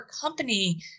company